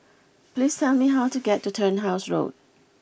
please tell me how to get to Turnhouse Road